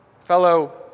Fellow